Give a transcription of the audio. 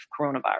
coronavirus